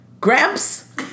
gramps